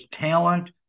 talent